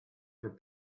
for